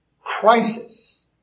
crisis